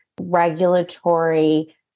regulatory